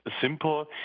simple